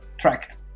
tracked